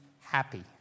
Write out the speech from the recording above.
happy